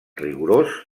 rigorós